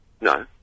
No